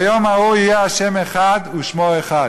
ביום ההוא יהיה ה' אחד ושמו אחד".